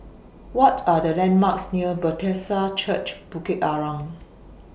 What Are The landmarks near Bethesda Church Bukit Arang